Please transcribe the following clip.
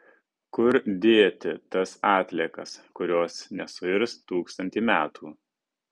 kur dėti tas atliekas kurios nesuirs tūkstantį metų